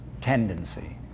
tendency